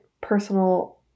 personal